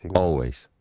always.